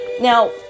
Now